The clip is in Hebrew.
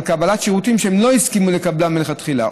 על קבלת שירותים שהם לא הסכימו לקבלם מלכתחילה.